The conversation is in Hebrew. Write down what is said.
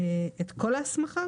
יש כאן סעיף הסמכה